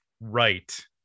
right